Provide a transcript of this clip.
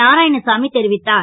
நாராயணசாமி தெரிவித்தார்